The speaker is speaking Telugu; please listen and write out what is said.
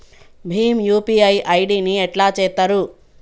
భీమ్ యూ.పీ.ఐ ఐ.డి ని ఎట్లా చేత్తరు?